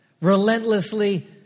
Relentlessly